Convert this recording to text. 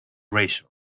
razor